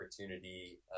opportunity